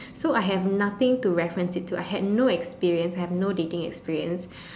so I have nothing to reference it to I had no experience I had no dating experience